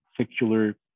secular